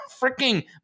freaking